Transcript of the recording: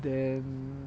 then